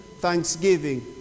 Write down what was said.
Thanksgiving